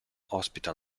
ospita